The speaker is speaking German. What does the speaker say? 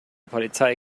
polizei